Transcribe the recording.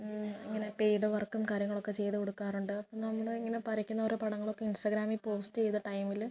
ഇങ്ങനെ പെയ്ഡ് വർക്കും കാര്യങ്ങളൊക്കെ ചെയ്ത് കൊടുക്കാറുണ്ട് അപ്പം നമ്മളിങ്ങനെ വരയ്ക്കുന്നൊരു പടങ്ങളൊക്കെ ഇൻസ്റ്റഗ്രാമിൽ പോസ്റ്റ് ചെയ്ത ടൈമിൽ